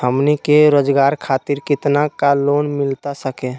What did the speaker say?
हमनी के रोगजागर खातिर कितना का लोन मिलता सके?